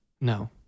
no